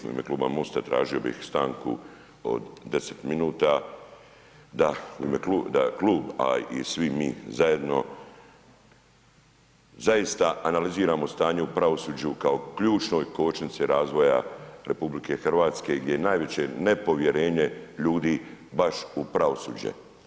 U ime Kluba MOST-a tražio bih stanku od 10 minuta da klub, a i svi mi zajedno zaista analiziramo stanje u pravosuđu kao ključnoj kočnici razvoja RH, gdje je najveće nepovjerenje ljudi baš u pravosuđe.